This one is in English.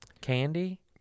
Candy